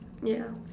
yeah